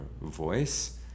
voice